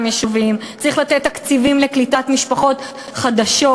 צריך לתת תקציבים לקליטת משפחות חדשות,